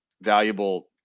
valuable